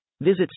Visit